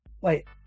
Wait